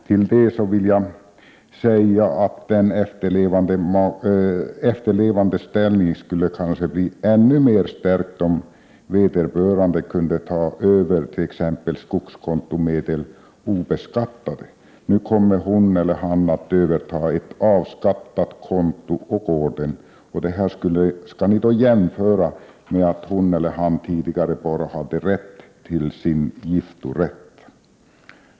Till det vill jag säga att den efterlevandes ställning kanske skulle bli ännu mer stärkt, om vederbörande kunde ta över t.ex. skogskontomedel obeskattade. Nu kommer hon eller han att överta ett avskattat konto på gården. Detta skall jämföras med att hon eller han tidigare bara hade rätt till sin giftorätt.